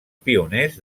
pioners